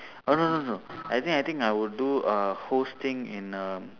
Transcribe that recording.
oh no no no I think I think I would do uh hosting in a